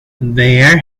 there